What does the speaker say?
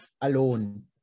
alone